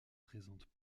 présentent